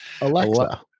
Alexa